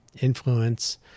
influence